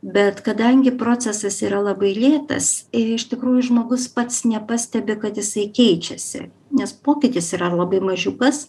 bet kadangi procesas yra labai lėtas ir iš tikrųjų žmogus pats nepastebi kad jisai keičiasi nes pokytis yra labai mažiukas